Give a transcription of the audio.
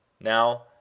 Now